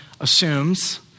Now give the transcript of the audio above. assumes